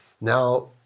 Now